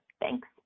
Thanks